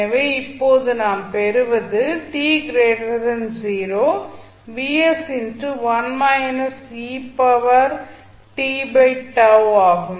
எனவே இப்போது நாம் பெறுவது t 0 ஆகும்